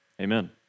Amen